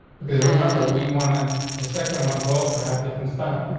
because remember, we wanted the second one to also have different styling.